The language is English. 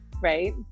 right